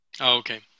Okay